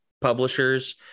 publishers